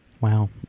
Wow